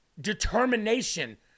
determination